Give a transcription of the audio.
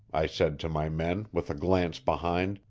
i said to my men, with a glance behind.